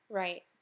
right